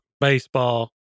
baseball